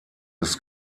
des